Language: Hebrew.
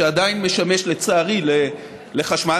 שעדיין משמש לצערי לחשמל,